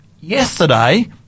Yesterday